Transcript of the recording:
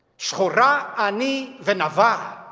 shechora ani ve'nava